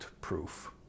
proof